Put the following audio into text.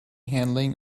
handling